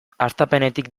hastapenetik